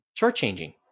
shortchanging